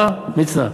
רע, מצנע?